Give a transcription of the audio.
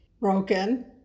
broken